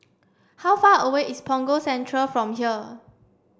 how far away is Punggol Central from here